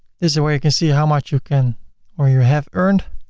is where you can see how much you can or you have earned.